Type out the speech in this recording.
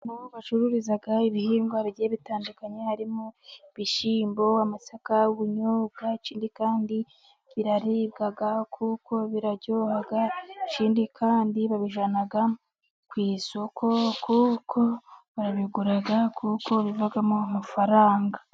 Umwo bacururiza ibihingwa bigiye bitandukanye, harimo ibishyimbo, amasaka, ubunyobwa, ikindi kandi, biraribwa kuko biraryoha, ikindi kandi babijyana ku isoko kuko barabigura kuko bivamo amafaranga.